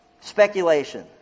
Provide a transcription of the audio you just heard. Speculation